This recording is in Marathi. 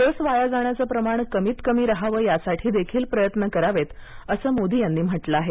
लस वाया जाण्याचं प्रमाण कमीत कमी राहावं यासाठी देखील प्रयत्न करावेत असं मोदी यांनी म्हटलं आहे